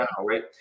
right